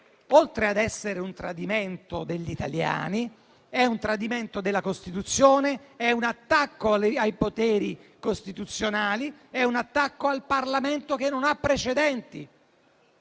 oltre ad essere un tradimento degli italiani, è un tradimento della Costituzione, è un attacco ai poteri costituzionali, è un attacco al Parlamento che non ha precedenti.